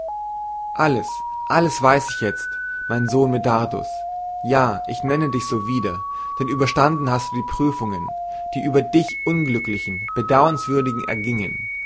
alles alles weiß ich jetzt mein sohn medardus ja ich nenne dich so wieder denn überstanden hast du die prüfungen die über dich unglücklichen bedauernswürdigen ergingen